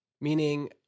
meaning